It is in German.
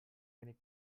wenig